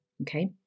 okay